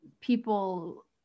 people